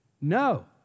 No